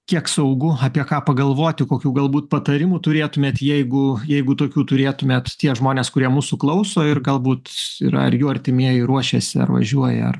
kiek saugu apie ką pagalvoti kokių galbūt patarimų turėtumėt jeigu jeigu tokių turėtumėt tie žmonės kurie mūsų klauso ir galbūt yra ar jų artimieji ruošiasi ar važiuoja